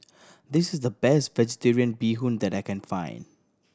this is the best Vegetarian Bee Hoon that I can find